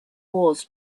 wars